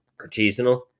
Artisanal